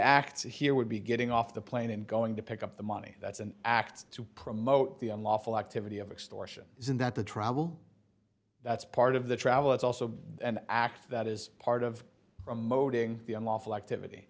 act here would be getting off the plane and going to pick up the money that's an act to promote the unlawful activity of extortion isn't that the trouble that's part of the travel it's also an act that is part of remoting the unlawful activity